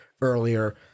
earlier